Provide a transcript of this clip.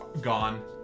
gone